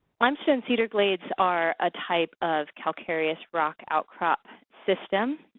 limestone cedar glades are a type of calcareous rock outcrop system,